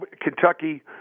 Kentucky